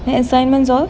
the assignments all